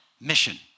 mission